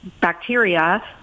bacteria